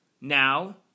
now